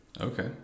Okay